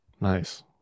Nice